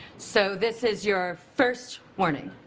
so this is your first warning.